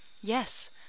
Yes